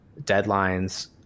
deadlines